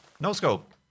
no-scope